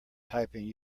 typing